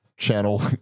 channel